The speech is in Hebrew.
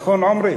נכון, עמרי?